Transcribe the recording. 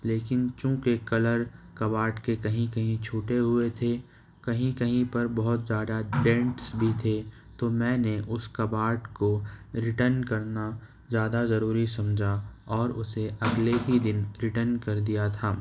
لیکن چونکہ کلر کب اٹ کے کہیں کہیں چُھوٹے ہوئے تھے کہیں کہیں پر بہت زیادہ ڈینٹس بھی تھے میں نے اُس کب اٹ کو ریٹرن کرنا زیادہ ضروری سمجھا اور اُسے اگلے ہی دِن ریٹرن کر دیا تھا